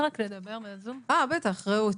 רעות,